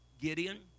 Gideon